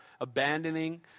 abandoning